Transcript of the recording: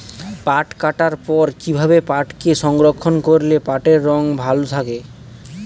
পাট কাটার পর কি ভাবে পাটকে সংরক্ষন করলে পাটের রং ভালো থাকে?